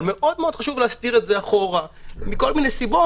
אבל מאוד חשוב להסדיר את זה אחורה מכל מיני סיבות,